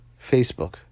Facebook